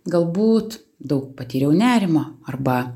galbūt daug patyriau nerimo arba